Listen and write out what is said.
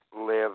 live